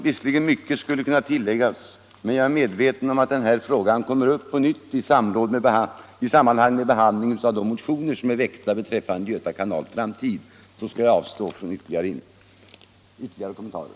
Visserligen skulle mycket kunna tilläggas, men då jag är medveten om att denna fråga kommer upp på nytt i samband med behandlingen av de motioner som är väckta beträffande Göta kanals framtid, skall jag avstå från ytterligare kommentarer.